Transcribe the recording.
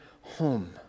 home